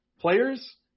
players